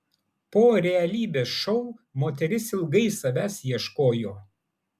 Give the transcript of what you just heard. po realybės šou moteris ilgai savęs ieškojo